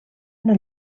una